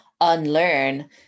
unlearn